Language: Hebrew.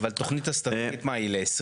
אבל התוכנית האסטרטגית מה היא ל-2023?